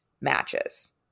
matches